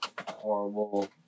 horrible